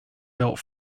built